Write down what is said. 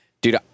dude